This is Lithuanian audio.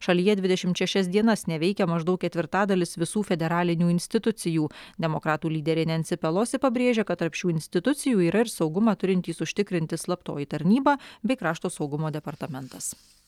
šalyje dvidešimt šešias dienas neveikia maždaug ketvirtadalis visų federalinių institucijų demokratų lyderė nensi pelosi pabrėžė kad tarp šių institucijų yra ir saugumą turintys užtikrinti slaptoji tarnyba bei krašto saugumo departamentas